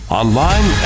online